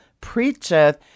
preacheth